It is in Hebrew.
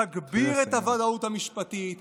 תגביר את הוודאות המשפטית,